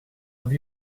have